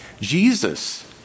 Jesus